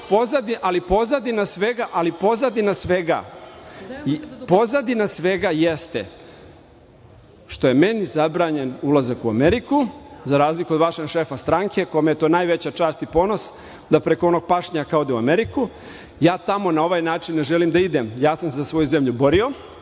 Ali, pozadina svega ali pozadina svega, pozadina svega jeste, što je meni zabranjen ulazak u Ameriku za razliku vašeg šefa stanke, kome je to najveća čast i ponos da preko onog pašnjaka ode u Ameriku. Ja tamo na ovaj način ne želim da idem. Ja sam se za svoju zemlju borio,